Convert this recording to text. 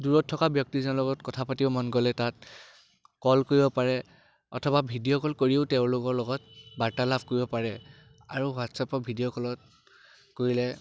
দূৰত থকা ব্যক্তিজনৰ লগত কথা পাতিব মন গ'লে তাত ক'ল কৰিব পাৰে অথবা ভিডিঅ' ক'ল কৰিও তেওঁলোকৰ লগত বাৰ্তালাপ কৰিব পাৰে আৰু হোৱাটছআপৰ ভিডিঅ' ক'লত কৰিলে